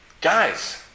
guys